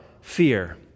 fear